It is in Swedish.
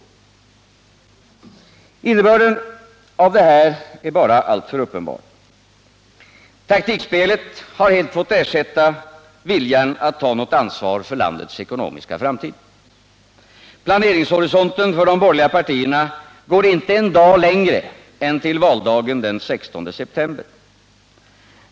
Innebörden av det här är bara alltför uppenbar. Taktikspelet har helt fått ersätta viljan att ta något ansvar för landets ekonomiska framtid. Planeringshorisonten för de borgerliga partierna går inte en dag längre än till valdagen den 16 september.